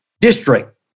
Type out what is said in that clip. district